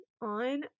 on